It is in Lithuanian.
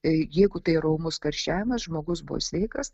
jeigu tai yra ūmus karščiavimas žmogus buvo sveikas